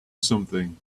something